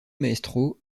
maestro